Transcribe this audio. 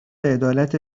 عدالت